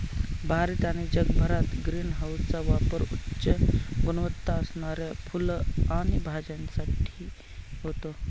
भारत आणि जगभरात ग्रीन हाऊसचा पापर उच्च गुणवत्ता असणाऱ्या फुलं आणि भाज्यांसाठी होतो